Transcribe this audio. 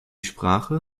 sprache